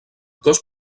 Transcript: cos